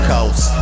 Coast